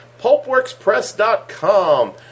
PulpWorksPress.com